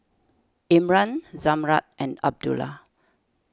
Imran Zamrud and Abdullah